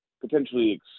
potentially